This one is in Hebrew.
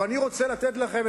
אבל אני רוצה לתת לכם,